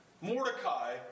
Mordecai